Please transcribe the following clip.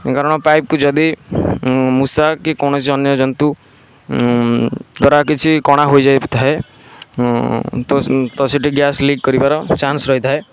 କାରଣ ପାଇପ୍କୁ ଯଦି ମୂଷା କି କୌଣସି ଅନ୍ୟ ଜନ୍ତୁ ଦ୍ୱାରା କିଛି କଣା ହୋଇଯାଇଥାଏ ତ ସେଇଠି ତ ସେଇଠି ଗ୍ୟାସ୍ ଲିକ୍ କରିବାର ଚାନ୍ସ୍ ରହିଥାଏ